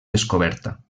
descoberta